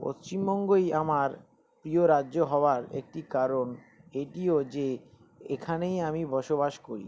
পশ্চিমবঙ্গই আমার প্রিয় রাজ্য হবার একটি কারণ এটিও যে এখানেই আমি বসবাস করি